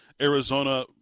Arizona